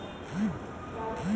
उत्तर भारत में एके चिवड़ा कहल जाला